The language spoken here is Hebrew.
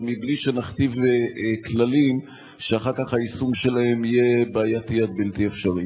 אבל מבלי שנכתיב כללים שאחר כך היישום שלהם יהיה בעייתי עד בלתי אפשרי.